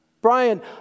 Brian